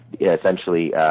essentially